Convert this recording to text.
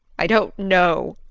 i don't know!